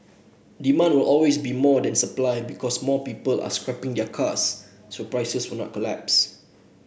demand will always be more than supply because more people are scrapping their cars so price will not collapse